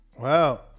Wow